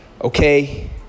okay